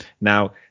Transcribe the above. Now